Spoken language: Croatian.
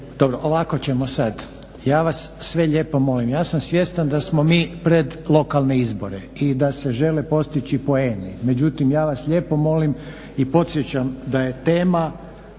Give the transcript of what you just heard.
ovako ćemo sad. Ja vas sve lijepo molim, ja sam svjestan da smo mi pred lokalne izbore i da se žele postići poeni, međutim ja vas lijepo molim i podsjećam da je tema